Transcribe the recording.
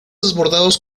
desbordados